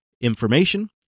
information